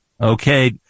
Okay